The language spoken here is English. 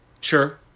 Sure